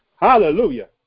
Hallelujah